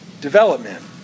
development